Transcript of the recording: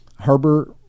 Harbor